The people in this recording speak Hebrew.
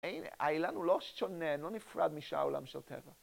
האילן הוא לא שונה, לא נפרד משאר עולם של טבע.